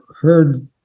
heard